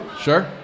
Sure